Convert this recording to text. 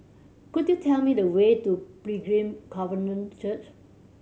could you tell me the way to Pilgrim Covenant Church